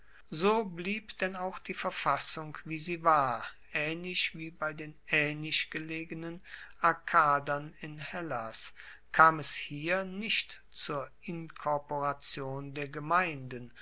so blieb denn auch die verfassung wie sie war aehnlich wie bei den aehnlich gelegenen arkadern in hellas kam es hier nicht zur inkorporation der gemeinden